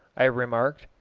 i remarked.